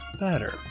better